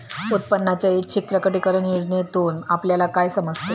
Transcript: उत्पन्नाच्या ऐच्छिक प्रकटीकरण योजनेतून आपल्याला काय समजते?